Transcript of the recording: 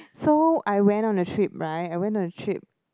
so I went on the trip right I went on the trip